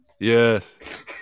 Yes